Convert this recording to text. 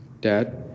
Dad